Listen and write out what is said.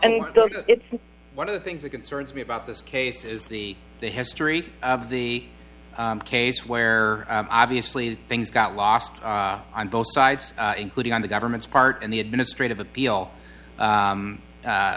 and it's one of the things we concerns me about this case is the the history of the case where obviously things got lost on both sides including on the government's part and the administrative appeal